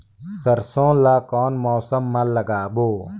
सरसो ला कोन मौसम मा लागबो?